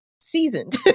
seasoned